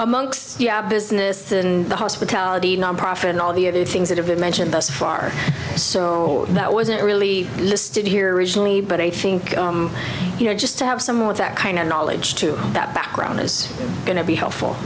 among business and the hospitality nonprofit and all the other things that have been mentioned thus far so that wasn't really listed here originally but i think you know just to have someone with that kind of knowledge to that background is going to be helpful